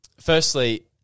Firstly